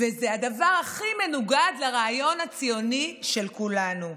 וזה הדבר הכי מנוגד לרעיון הציוני של כולנו.